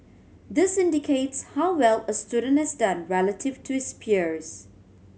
this indicates how well a student has done relative to his peers